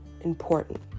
important